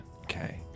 Okay